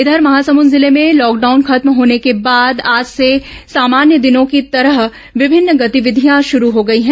इधर महासमुद जिले में लॉकडाउन खत्म होने के बाद आज से सामान्य दिनों की तरह विभिन्न गतिविधियां शुरू हो गई हैं